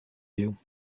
you